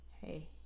Hey